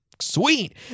sweet